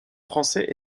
français